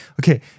Okay